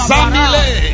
Samile